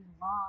long